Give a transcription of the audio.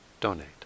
donate